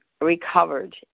recovered